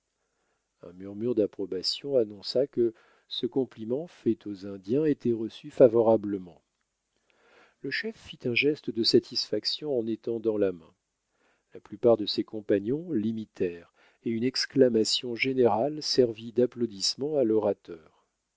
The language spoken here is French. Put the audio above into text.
un murmure d'approbation annonça que ce compliment fait aux indiens était reçu favorablement le chef fit un geste de satisfaction en étendant la main la plupart de ses compagnons l'imitèrent et une exclamation générale servit d'applaudissement à l'orateur